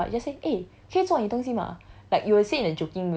but to your friends you don't need [what] you just say eh 可以做你的东西吗